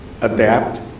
adapt